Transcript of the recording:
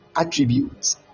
attributes